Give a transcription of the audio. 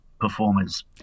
performers